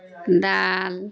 دال